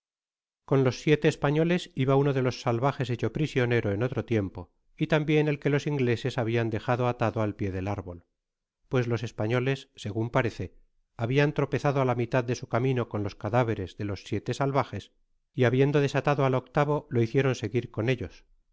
con los siete españoles iba uno de los salvajes hecho prisionero en otro tiempo y tambien el que los ingleses habian dejádo atado al pió del árbol pues los españoles segun parece habian tropezado á la mitad de su camino con los cadáveres de los siete salvajes y habiendo desatado al octavo lo hicieron seguir con ellos